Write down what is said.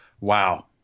Wow